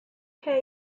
can